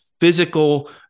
physical